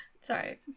Sorry